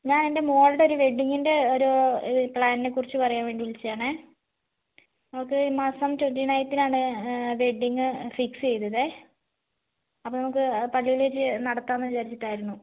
ഞാൻ എൻ്റെ മോളുടെ ഒരു വെഡിങ്ങിൻ്റെ ഒരു പ്ലാൻനേ കുറിച്ച് പറയാൻ വേണ്ടി വിളിച്ചതാണേ അവൾക്ക് ഈ മാസം ട്വൻറ്റി നയൻത്തിനാണ് വെഡിങ് ഫിക്സ് ചെയ്തതേ അപ്പോൾ നമുക്ക് പള്ളിയിൽ വെച്ച് നടത്താമെന്ന് വിചാരിച്ചിട്ടായിരുന്നു